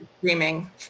screaming